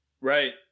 Right